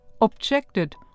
objected